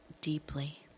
deeply